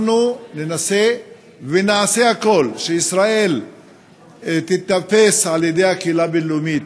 אנחנו ננסה ונעשה הכול שישראל תיתפס על-ידי הקהילה הבין-לאומית